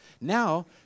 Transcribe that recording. Now